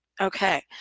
Okay